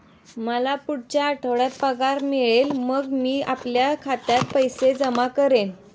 मला पुढच्या आठवड्यात पगार मिळेल मग मी आपल्या खात्यात पैसे जमा करेन